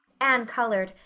anne colored,